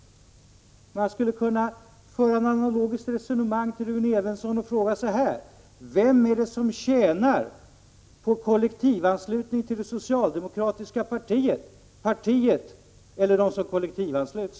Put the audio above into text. Man skulle kunna föra ett analogiskt resonemang till Rune Evenssons och fråga så här: Vem tjänar på kollektivanslutning till det socialdemokratiska partiet? Är det partiet eller de som kollektivansluts?